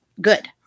good